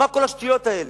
מה כל השטויות האלה?